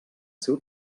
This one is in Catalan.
seu